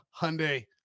Hyundai